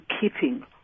keeping